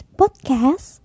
podcast